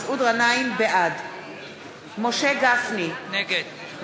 בעד משה גפני,